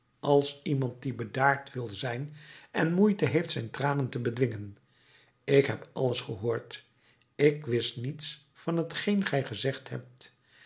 als iemand die bedaard wil zijn en moeite heeft zijn tranen te bedwingen ik heb alles gehoord ik wist niets van t geen gij gezegd hebt